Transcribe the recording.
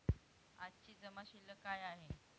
आजची जमा शिल्लक काय आहे?